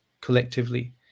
collectively